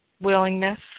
willingness